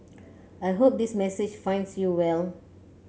I hope this message finds you well